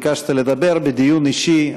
ביקשת לדבר בדיון אישי.